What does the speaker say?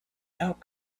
without